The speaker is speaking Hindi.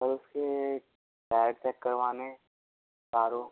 और उसके टायर चेक करवाने है चारों